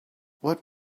what